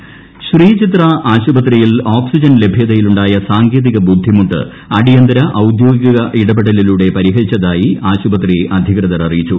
oxygen ലഭ്യത ശ്രീചിത്ര ആശുപത്രിയിൽ oxygen ലഭ്യതയിൽ ഉണ്ടായ സാങ്കേതിക ബുദ്ധിമുട്ട് അടിയന്തിര ഔദ്യോഗിക ഇടപെടലിലൂടെ പരിഹരിച്ചതായി ആശുപത്രി അധികൃതർ അറിയിച്ചു